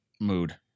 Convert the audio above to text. Mood